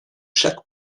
chaque